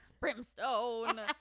brimstone